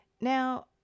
Now